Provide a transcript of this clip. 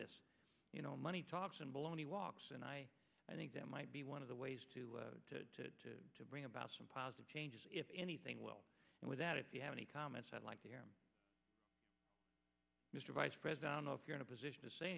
this you know money talks and baloney walks and i think that might be one of the ways to to to bring about some positive changes if anything well with that if you have any comments i'd like to hear mr vice president i know if you're in a position to say